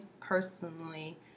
personally